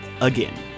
again